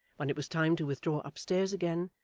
when it was time to withdraw upstairs again,